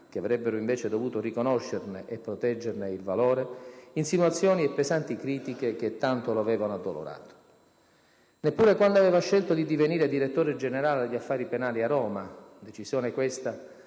che avrebbero invece dovuto riconoscerne e proteggerne il valore, insinuazioni e pesanti critiche che tanto lo avevano addolorato. Neppure quando aveva scelto di divenire Direttore generale degli Affari penali a Roma, decisione, questa,